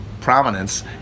prominence